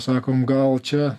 sakom gal čia